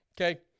okay